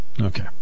Okay